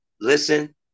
listen